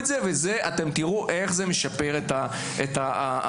ותראו איך זה משפר את ההבנה.